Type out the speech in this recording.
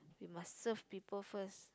you must serve people first